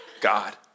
God